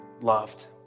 loved